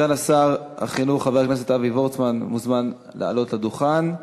סגן שר החינוך חבר הכנסת אבי וורצמן מוזמן לעלות לדוכן,